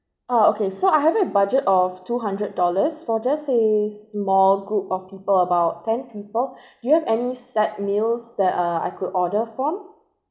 ah okay so I have a budget of two hundred dollars for just a small group of people about ten people do you have any set meals that uh I could order from